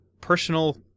personal